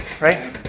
right